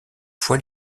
fois